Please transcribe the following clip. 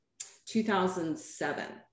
2007